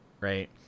Right